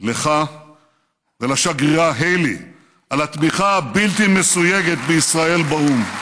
לך ולשגרירה היילי על התמיכה הבלתי-מסויגת בישראל באו"ם.